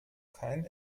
keine